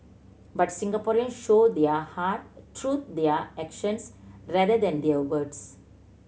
but Singaporeans show their heart through their actions rather than their words